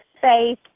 faith